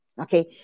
okay